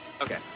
Okay